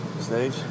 Stage